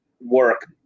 work